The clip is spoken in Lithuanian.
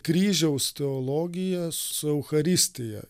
kryžiaus teologiją su eucharistija